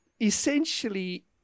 essentially